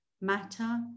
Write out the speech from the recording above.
matter